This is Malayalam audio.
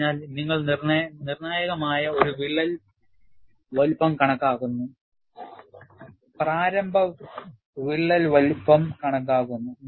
അതിനാൽ നിങ്ങൾ നിർണ്ണായകമായ ഒരു വിള്ളൽ വലുപ്പം കണക്കാക്കുന്നു പ്രാരംഭ വിള്ളൽ വലുപ്പം കണക്കാക്കുന്നു